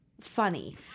funny